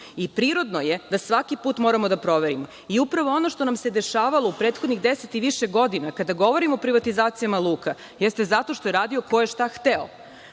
I prirodno je da svaki put moramo da proverimo, i upravo ono što nam se dešavalo u prethodnih 10 i više godina, kada govorimo o privatizacijama luka, jeste zato što je radio ko je šta hteo